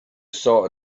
saw